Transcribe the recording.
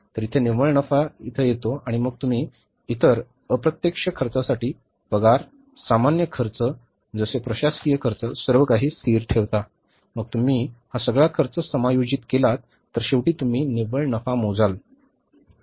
तर इथे निव्वळ नफा येथे येतो आणि मग तुम्ही इतर अप्रत्यक्ष खर्चासाठी पगार सामान्य खर्च जसे प्रशासकीय खर्च सर्व काही स्थिर ठेवता मग तुम्ही हा सगळा खर्च समायोजित केलात तर शेवटी तुम्ही निव्वळ नफा मोजाल